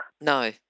No